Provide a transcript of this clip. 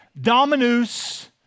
dominus